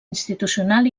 institucional